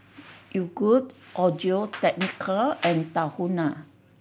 Yogood Audio Technica and Tahuna